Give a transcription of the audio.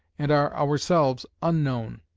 and are ourselves unknown.